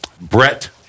Brett